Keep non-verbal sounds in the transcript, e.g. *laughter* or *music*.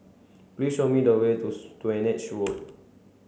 please show me the way to *unintelligible* Swanage Road